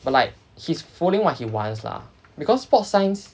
but like he is following what he wants lah because sports science